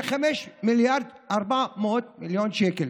זה 5.4 מיליארד שקל.